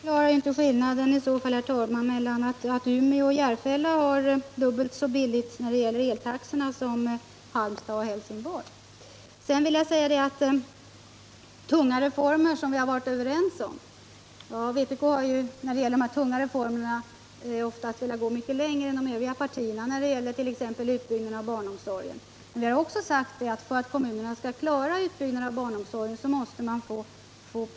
Herr talman! Den skillnaden förklarar i så fall inte att Umeå och Järfälla har hälften så dyra eltaxor som Halmstad och Helsingborg. När det gällt de tunga reformer som vi har kommit överens om har vpk oftast velat gå mycket längre än de övriga partierna. Vi har också sagt att kommunerna måste få resurser för att orka med 1. ex. utbyggnaden av barnomsorgen.